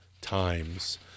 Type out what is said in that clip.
times